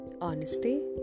honesty